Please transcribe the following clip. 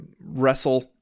wrestle